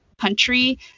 country